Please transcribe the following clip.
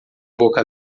boca